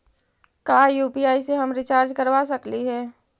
का यु.पी.आई से हम रिचार्ज करवा सकली हे?